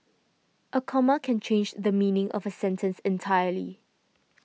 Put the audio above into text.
a comma can change the meaning of sentence entirely